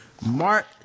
Mark